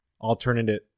alternative